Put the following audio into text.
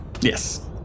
yes